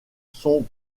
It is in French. sont